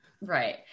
Right